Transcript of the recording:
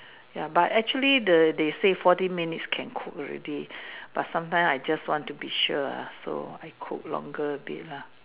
ya but actually the they say forty minutes can cook already but sometimes I just want to be sure ah so I cook longer a bit lah